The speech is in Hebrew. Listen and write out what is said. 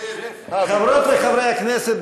חברות וחברי הכנסת,